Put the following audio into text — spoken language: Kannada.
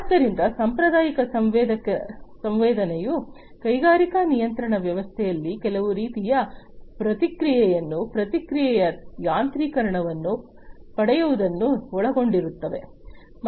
ಆದ್ದರಿಂದ ಸಾಂಪ್ರದಾಯಿಕ ಸಂವೇದನೆಯು ಕೈಗಾರಿಕಾ ನಿಯಂತ್ರಣ ವ್ಯವಸ್ಥೆಯಲ್ಲಿ ಕೆಲವು ರೀತಿಯ ಪ್ರತಿಕ್ರಿಯೆಯನ್ನು ಪ್ರಕ್ರಿಯೆಯ ಯಾಂತ್ರೀಕರಣವನ್ನು ಪಡೆಯುವುದನ್ನು ಒಳಗೊಂಡಿರುತ್ತದೆ